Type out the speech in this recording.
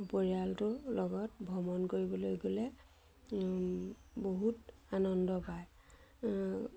পৰিয়ালটোৰ লগত ভ্ৰমণ কৰিবলৈ গ'লে বহুত আনন্দ পায়